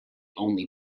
only